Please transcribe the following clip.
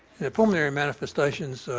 the pulmonary manifestations